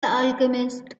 alchemist